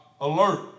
alert